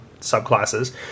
subclasses